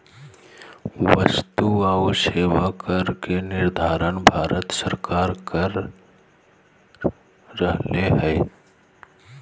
वस्तु आऊ सेवा कर के निर्धारण भारत सरकार कर रहले हें